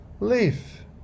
leaf